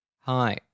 Hi